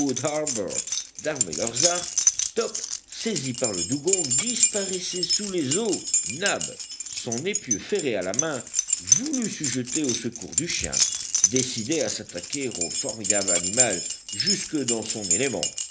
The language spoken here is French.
d'armer leurs arcs top saisi par le dugong disparaissait sous les eaux nab son épieu ferré à la main voulut se jeter au secours du chien décidé à s'attaquer au formidable animal jusque dans son élément